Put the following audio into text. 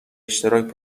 اشتراک